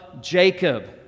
Jacob